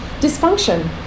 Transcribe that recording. dysfunction